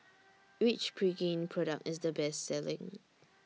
Which Pregain Product IS The Best Selling